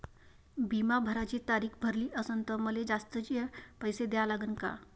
बिमा भराची तारीख भरली असनं त मले जास्तचे पैसे द्या लागन का?